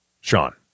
Sean